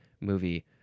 movie